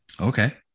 Okay